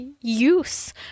use